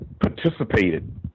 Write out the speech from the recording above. participated